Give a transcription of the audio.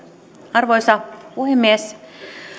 arvoisa puhemies